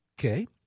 Okay